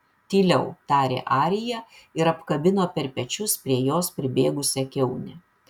tyliau tarė arija ir apkabino per pečius prie jos pribėgusią kiaunę